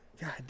God